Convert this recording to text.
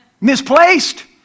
misplaced